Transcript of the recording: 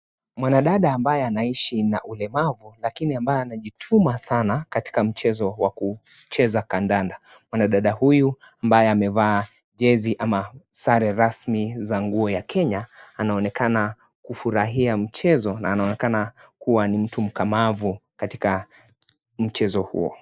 Mwanadada ambaye anaishi na ulemavu lakini ambaye anajituma sana katika mchezo wa kucheza kandanda. Mwanadada huyu ambaye amevaa jezi ama sare rasmi za nguo ya Kenya anaonekana kufurahia mchezo, na anaonekana kuwa ni mtu mkamavu katika mchezo huo.